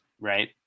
right